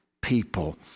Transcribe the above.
people